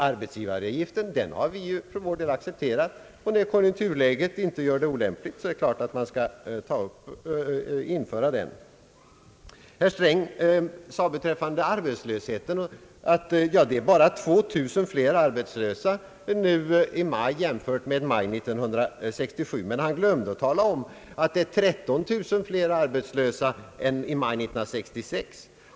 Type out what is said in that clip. Arbetsgivaravgiften har vi ju för vår del accepterat, och när konjunkturläget inte gör det olämpligt är det klart att den avgiften skall införas. Herr Sträng sade beträffande arbetslösheten, att det är bara 2000 flera arbetslösa i maj jämfört med maj 1967, men han glömde att tala om att det är 13 000 fler arbetslösa än i maj 1966.